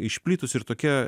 išplitus ir tokia